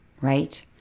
right